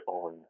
on